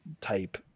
type